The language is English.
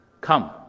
come